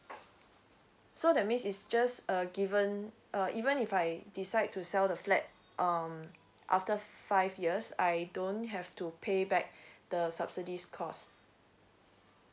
so that means It's just a given a even if I decide to sell the flat um after five years I don't have to pay back the subsidies cost